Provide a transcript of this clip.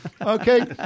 Okay